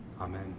Amen